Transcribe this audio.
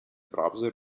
browser